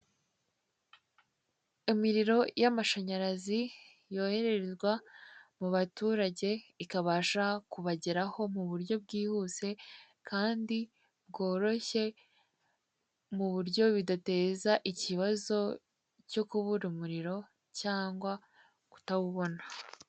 Imiriro y'amashanyarazi yoherezwa mu baturage ikabasha kubageraho mu buryo bwihuse kandi bworoshye, mu buryo bidateza ikibazo cyo kubura umuriro cyangwa kutawubona.